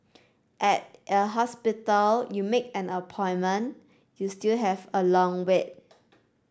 at a hospital you make an appointment you still have a long wait